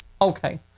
okay